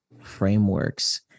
frameworks